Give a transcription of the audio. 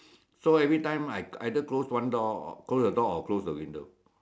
so every time I either close one door close the door or close the window